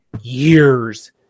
years